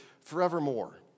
forevermore